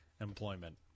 employment